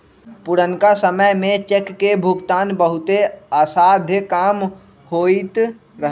पुरनका समय में चेक के भुगतान बहुते असाध्य काम होइत रहै